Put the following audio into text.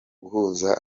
guhuza